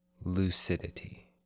lucidity